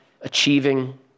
achieving